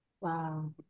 Wow